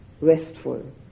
restful